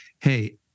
hey